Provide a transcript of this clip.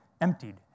emptied